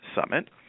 Summit